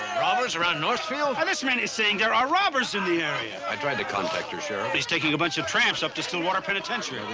robbers around northfield? this man is saying there are robbers in the area. i tried to contact your sheriff. he's taking a bunch of tramps up to stillwater penitentiary.